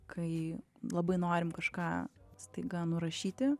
kai labai norim kažką staiga nurašyti